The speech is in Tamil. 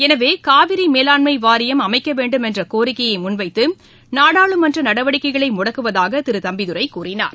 எனவே காவிரி மேலாண்மை வாரியம் அமைக்க வேண்டும் என்ற கோரிக்கையை முன்வைத்து நாடாளுமன்ற நடவடிக்கைகளை முடக்குவதாக திரு தம்பிதுரை கூறினார்